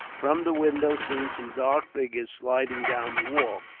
from the window, seen some dark figures sliding down the wall.